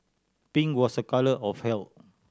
pink was a colour of health